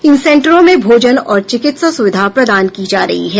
इन सेंटरों में भोजन और चिकित्सा स्विधा प्रदान की जा रही है